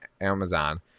Amazon